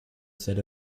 set